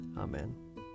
Amen